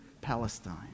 Palestine